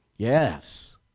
Yes